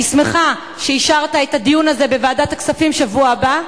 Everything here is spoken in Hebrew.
אני שמחה שאישרת את הדיון הזה בוועדת הכספים בשבוע הבא,